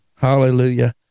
hallelujah